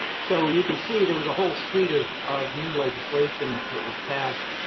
so you can see there was a whole suite of of new legislation that was passed.